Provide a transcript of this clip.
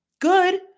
good